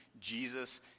Jesus